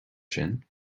sin